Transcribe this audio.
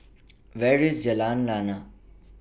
Where IS Jalan Lana